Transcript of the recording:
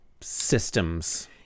systems